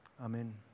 Amen